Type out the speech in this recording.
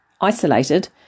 isolated